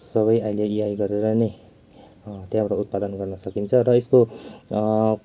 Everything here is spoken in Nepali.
सबै अहिले एआई गरेर नै त्यहाँबाट उत्पादन गर्न सकिन्छ र यसको